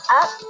up